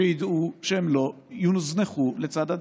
שידעו שהם לא יוזנחו לצד הדרך.